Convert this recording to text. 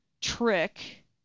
trick